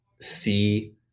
see